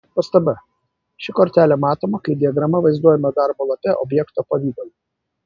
pastaba ši kortelė matoma kai diagrama vaizduojama darbo lape objekto pavidalu